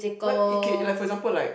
what okay like for example like